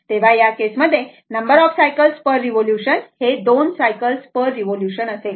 तर या केस मध्ये number of cycles per revolution हे 2 सायकल पर रिवोल्यूशन असेल